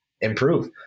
improve